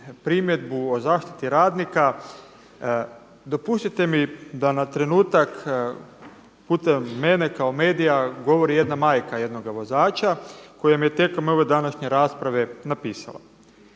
primjedbu o zaštiti radnika dopustite mi da na trenutak putem mene kao medija govori jedna majka jednoga vozača kojemu je tijekom ove današnje rasprave napisala.